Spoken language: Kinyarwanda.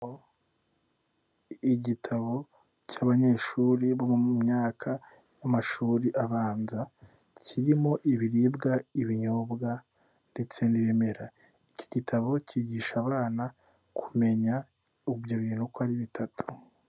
Igitabo cy'abanyeshuri bo mu myaka y'amashuri abanza, kirimo ibiribwa, ibinyobwa ndetse n'ibimera. Iki gitabo kigisha abana kumenya, ibyo bintu uko ari bitatu.